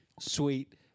sweet